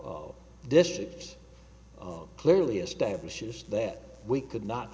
district all clearly establishes that we could not